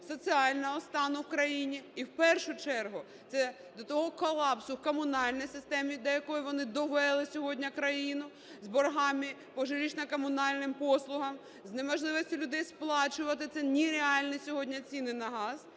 соціального стану в країні і в першу чергу це до того колапсу в комунальній сфері, до якого вони довели сьогодні країну з боргами по жилищно-комунальним послугам, з неможливістю людей сплачувати ці нереальні сьогодні ціни на газ.